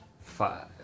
Five